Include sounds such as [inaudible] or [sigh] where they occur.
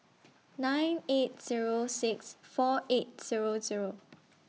[noise] nine eight Zero six four eight Zero Zero